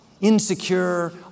insecure